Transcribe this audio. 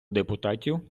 депутатів